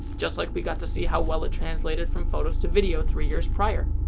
just like we got to see how well it translated from photos to video three years prior.